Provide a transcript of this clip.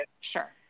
sure